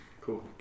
Cool